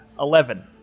eleven